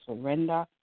surrender